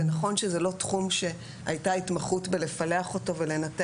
ונכון שזה לא תחום שהייתה התמחות בלפלח אותו ולנתח